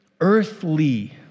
earthly